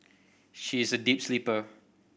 she is a deep sleeper